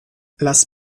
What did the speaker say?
las